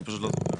אני פשוט לא זוכר.